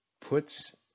puts